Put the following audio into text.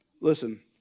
listen